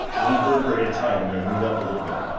one vertebrae at a time we're gonna move up a little bit.